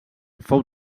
fou